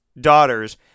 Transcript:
daughters